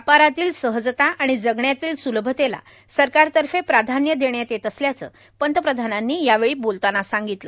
व्यापारातील सहजता आणि जगण्यातील सुलभतेला सरकारतर्फे प्राधान्य देण्यात येत असल्याच पंतप्रधानांनी यावेळी बोलताना सांगितलं